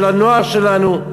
על הנוער שלנו.